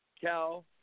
Cal